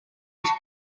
his